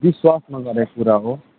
विश्वासमा गरेको कुरा हो